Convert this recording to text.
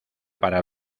para